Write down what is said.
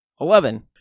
Eleven